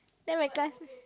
then my class